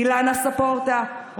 אילנה ספורטה,